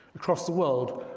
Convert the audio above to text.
across the world,